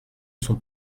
sont